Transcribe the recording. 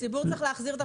הציבור צריך להחזיר את